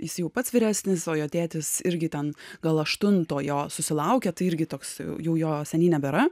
jis jau pats vyresnis o jo tėtis irgi ten gal aštunto jo susilaukė tai irgi toks jau jo seniai nebėra